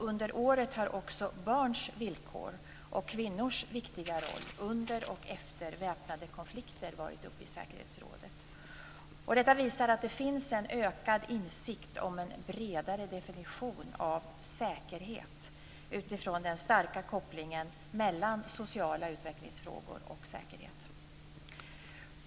Under året har också barns villkor och kvinnors viktiga roll under och efter väpnade konflikter varit uppe i säkerhetsrådet. Detta visar att det finns en ökad insikt om en bredare definition av säkerhet utifrån den starka kopplingen mellan sociala utvecklingsfrågor och säkerhet.